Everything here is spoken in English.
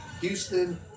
Houston